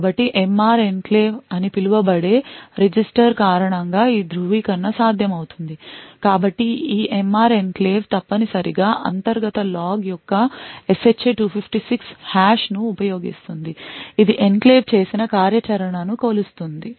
కాబట్టి MR enclave అని పిలువబడే రిజిస్టర్ కారణంగా ఈ ధృవీకరణ సాధ్యమవుతుంది కాబట్టి ఈ MR ఎన్క్లేవ్ తప్పనిసరిగా అంతర్గత log యొక్క SHA 256 హాష్ను ఉపయోగిస్తుంది ఇది ఎన్క్లేవ్ చేసిన కార్యాచరణను కొలుస్తుంది